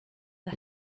the